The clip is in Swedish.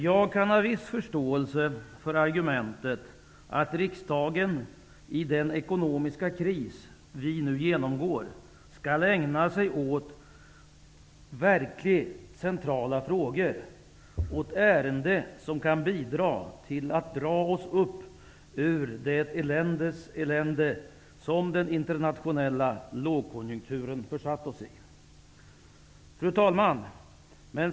Jag kan ha viss förståelse för argumentet att riksdagen under den ekonomiska kris som vi nu genomgår skall ägna sig åt verkligt centrala frågor, åt ärenden som kan bidra till att dra oss upp ur det eländes elände som den internationella lågkonjunkturen försatt oss i. Fru talman!